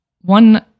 one